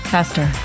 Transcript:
Faster